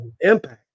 impact